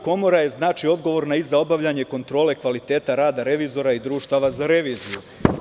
Komora je odgovorna i za obavljanje kontrole kvaliteta rada revizora i društava za reviziju.